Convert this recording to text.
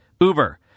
Uber